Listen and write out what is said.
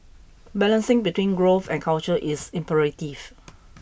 balancing between growth and culture is imperative